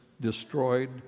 destroyed